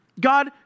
God